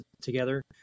together